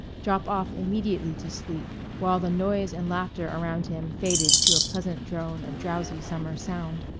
drop off immediately to sleep, while the noise and laughter around him faded to a pleasant drone of drowsy summer sound.